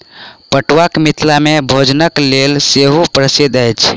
पटुआ मिथिला मे भोजनक लेल सेहो प्रसिद्ध अछि